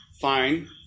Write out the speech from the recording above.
fine